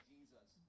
Jesus